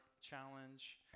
challenge